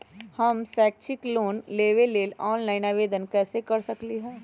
हम शैक्षिक लोन लेबे लेल ऑनलाइन आवेदन कैसे कर सकली ह?